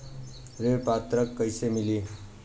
ऋण पात्रता कइसे मिली?